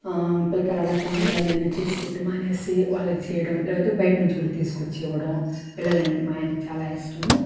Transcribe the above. పిల్లకాయలు అడగతావుంటారు ఏదన్న చేసిపెట్టమ్మా అనేసి వాళ్ళకి చేయడం లేకపోతే బయటి నుంచి కూడా తీసుకొచ్చేవాడు పిల్లలంటే మా ఆయనకి చాలా ఇష్టము